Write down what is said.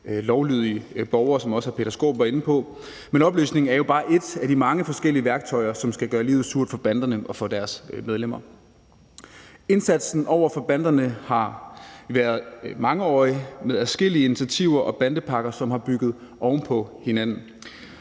lovlydige borgere, hvilket også hr. Peter Skaarup var inde på, men opløsning er jo bare et af de mange forskellige værktøjer, som skal gøre livet surt for banderne og for deres medlemmer. Indsatsen over for banderne har været mangeårig med adskillige initiativer og bandepakker, som har bygget oven på hinanden.